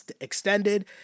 extended